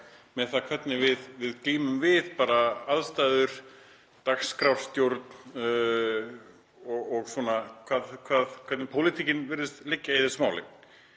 virkar, hvernig við glímum við aðstæður, dagskrárstjórn og svona hvernig pólitíkin virðist liggja í þessu máli.